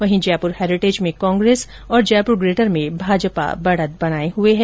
वहीं जयपुर हैरीटेज में कांग्रेस और जयपुर ग्रेटर में भाजपा बढ़त बनाए हुए है